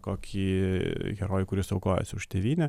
kokį herojų kuris aukojasi už tėvynę